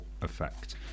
effect